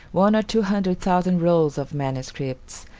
one or two hundred thousand rolls of manuscripts,